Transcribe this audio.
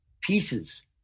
pieces